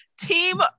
Team